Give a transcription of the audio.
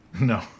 No